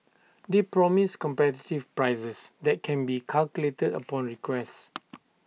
they promise competitive prices that can be calculated upon request